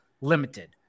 limited